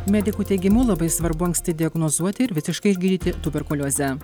medikų teigimu labai svarbu anksti diagnozuoti ir visiškai išgydyti tuberkuliozę